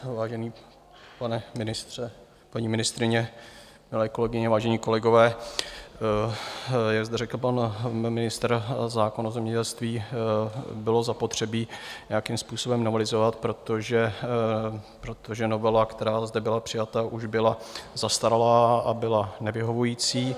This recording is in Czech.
Vážený pane ministře, paní ministryně, milé kolegyně, vážení kolegové, jak zde řekl pan ministr, zákon o zemědělství bylo zapotřebí nějakým způsobem novelizovat, protože novela, která zde byla přijata, už byla zastaralá a byla nevyhovující.